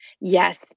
Yes